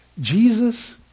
Jesus